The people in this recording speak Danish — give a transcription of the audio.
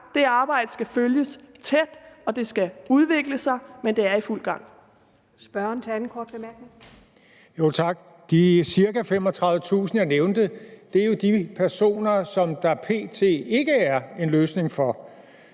Det arbejde skal følges tæt, og det skal udvikle sig, men det er i fuld gang.